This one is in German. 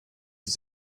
ist